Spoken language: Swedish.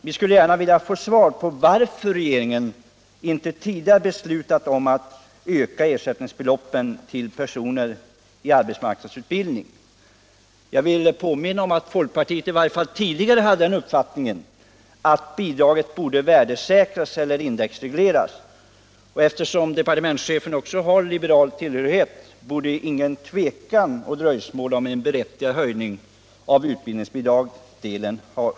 Vi skulle gärna vilja få veta varför regeringen inte tidigare beslutat höja ersättningsbeloppen till personer i arbetsmarknadsutbildning. Jag vill påminna om att man inom folkpartiet i varje fall tidigare hade den uppfattningen att bidraget borde värdesäkras eller indexregleras. Eftersom departementschefen ju är liberal, borde det inte ha rått något tvivel om det berättigade i en höjning av utbildningsbidragsdelen.